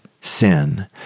sin